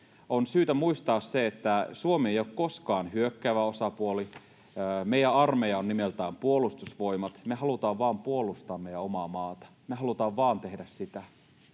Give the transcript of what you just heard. On syytä muistaa se, että Suomi ei ole koskaan hyökkäävä osapuoli. Meidän armeija on nimeltään Puolustusvoimat. Me halutaan vain puolustaa meidän omaa maatamme. Me halutaan vain tehdä sitä.